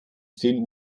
zehn